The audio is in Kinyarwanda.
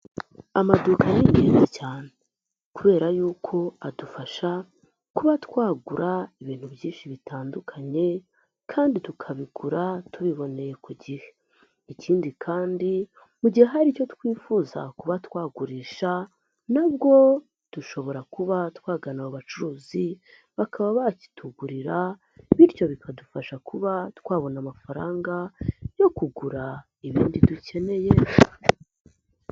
Amaduka ni ingenzi cyane kubera yuko adufasha kuba twagura ibintu byinshi bitandukanye kandi tukabigura tubiboneye ku gihe. Ikindi kandi mu gihe hari icyo twifuza kuba twagurisha, nabwo dushobora kuba twagana abo bacuruzi bakaba bakitugurira bityo bikadufasha kuba twabona amafaranga yo kugura ibindi dukeneye.